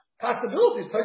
possibilities